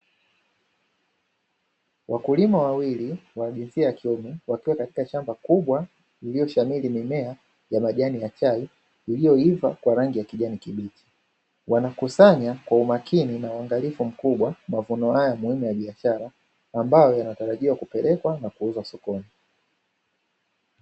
Wakulima wawili wa jinsia ya kiume, wakiwa katika shamba kubwa lililoshamili mimea ya majani ya chai, yaliyoiva kwa rangi ya kijani kibichi. Wanakusanya kwa umakini na uangalifu mkubwa, mavuno haya muhimu ya biashara, yanayotarajiwa kupelekwa na kuuzwa sokoni sokoni.